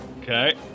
Okay